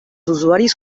usuaris